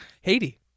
Haiti